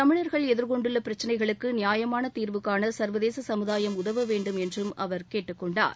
தமிழர்கள் எதிர்கொண்டுள்ள பிரச்சினைகளுக்கு நியாயமான தீர்வு காண சர்வதேச சமுதாயம் உதவ வேண்டும் என்றும் அவர் கேட்டுக் கொண்டார்